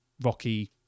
rocky